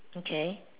okay